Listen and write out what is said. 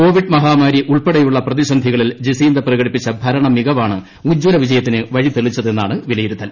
Covid മഹാമാരി ഉൾപ്പടെയുള്ള പ്രതിസന്ധികളിൽ ജസീന്ദ പ്രകടിപ്പിച്ച ഭരണമികവാണ് ഉജ്ജലവിജയത്തിന് വഴി തെളിച്ചതെന്നാണ് വിലയിരുത്തൽ